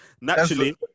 naturally